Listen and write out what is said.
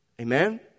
Amen